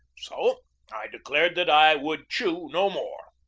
so i declared that i would chew no more.